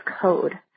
code